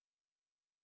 hello